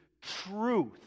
truth